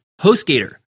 HostGator